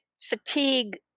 fatigue